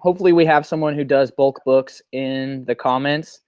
hopefully, we have someone who does bulk books in the comments